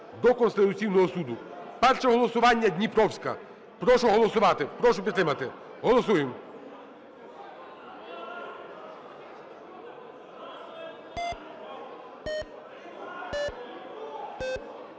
до Конституційного Суду. Перше голосування – Дніпровська. Прошу голосувати, прошу підтримати. Голосуємо.